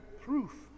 proof